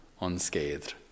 unscathed